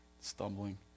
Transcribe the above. stumbling